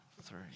three